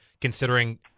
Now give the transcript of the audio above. considering